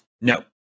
No